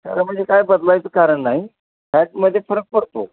त्याचं म्हणजे काय बदलायचं कारण नाही फॅटमध्ये फरक पडतो